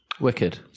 wicked